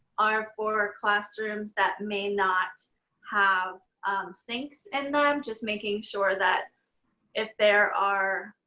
are for classrooms that may not have sinks in them. just making sure that if there are,